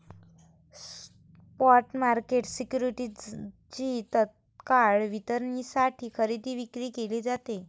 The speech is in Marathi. स्पॉट मार्केट सिक्युरिटीजची तत्काळ वितरणासाठी खरेदी विक्री केली जाते